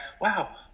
wow